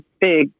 big